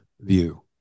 view